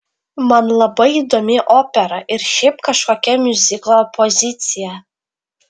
man labai įdomi opera ir šiaip kažkokia miuziklo opozicija